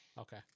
Okay